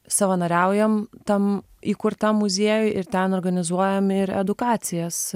savanoriaujam tam įkurtam muziejui ir ten organizuojam ir edukacijas